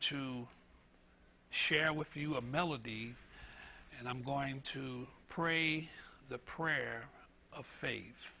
to share with you a melody and i'm going to pray the prayer of faves